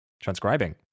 transcribing